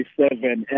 seven